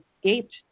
escaped